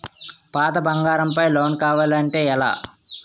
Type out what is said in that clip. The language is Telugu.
పాత బంగారం పై లోన్ కావాలి అంటే ఎలా?